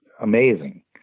amazing